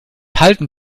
halten